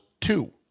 two